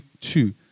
two